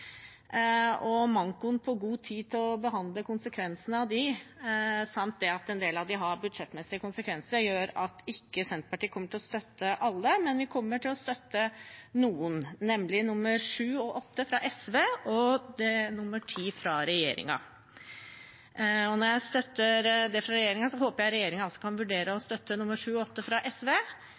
Mankoen på god tid til å behandle konsekvensene av dem, samt det at en del av dem har budsjettmessige konsekvenser, gjør at Senterpartiet ikke kommer til å støtte alle. Men vi kommer til å støtte noen, nemlig nr. 7 og 8, fra SV, og nr. 10, fra regjeringspartiene. Og når vi støtter det fra regjeringspartiene, håper jeg regjeringspartiene også kan vurdere å støtte forslagene nr. 7 og 8, fra SV,